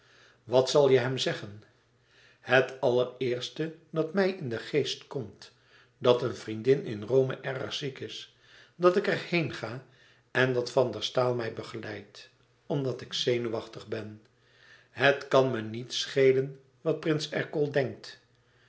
wat zal je hem zeggen e ids aargang et allereerste dat mij in den geest komt dat een vriendin in rome erg ziek is dat ik er heenga en dat van der staal mij begeleidt omdat ik zenuwachtig ben het kan me niets schelen wat prins ercole denkt